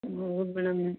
ಹ್ಞೂ ಹೌದು ಮೇಡಮ್